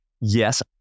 yes